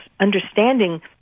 understanding